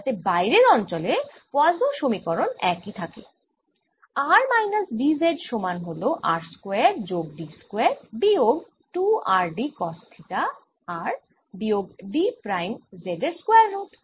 যাতে বাইরের অঞ্চলে পোয়াসোঁ সমীকরণ একই থাকেr মাইনাস d Z সমান হল r স্কয়ার যোগ d স্কয়ার বিয়োগ 2 r d cos theta r বিয়োগ d প্রাইম z এর স্কয়ার রুট